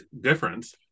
difference